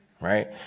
right